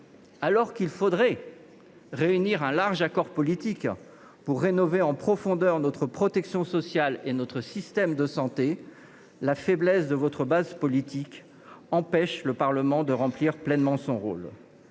Alors qu’il faudrait réunir un large accord politique pour rénover en profondeur notre protection sociale et notre système de santé, la faiblesse de votre base en la matière empêche le Parlement de remplir pleinement son rôle.